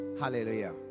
hallelujah